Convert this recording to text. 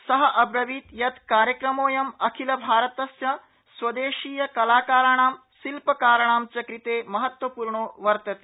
स अब्रवीत् यत् कार्यक्रमोऽयं अखिल भारतस्य स्वदेशीय कालाकाराणां शिल्पकाराणां च कृते महत्वपूर्णो वर्तते